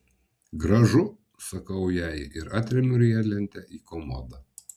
gražu sakau jai ir atremiu riedlentę į komodą